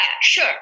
sure